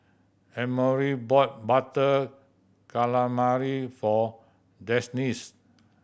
Emory bought Butter Calamari for Denisse